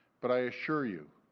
but i assure you,